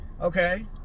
okay